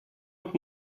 und